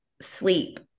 sleep